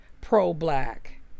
pro-black